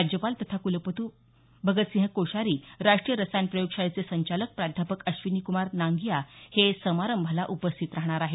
राज्यपाल तथा कुलपति भगतसिंह कोश्यारी राष्ट्रीय रसायन प्रयोगशाळेचे संचालक प्राध्यापक अश्विनीक्मार नांगिया हे समारंभाला उपस्थित रहाणार आहेत